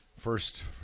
First